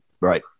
Right